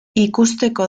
ikusteko